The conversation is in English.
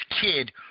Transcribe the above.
kid